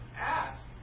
ask